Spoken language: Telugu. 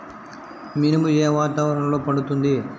మినుము ఏ వాతావరణంలో పండుతుంది?